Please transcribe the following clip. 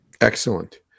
Excellent